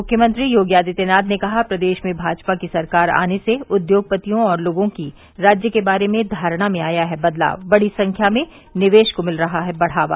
मुख्यमंत्री योगी आदित्यनाथ ने कहा प्रदेश में भाजपा की सरकार आने से उद्योगपतियों और लोगों की राज्य के बारे में धारणा में आया है बदलाव बड़ी संख्या में निवेश को मिल रहा है बढ़ावा